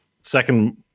Second